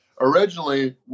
originally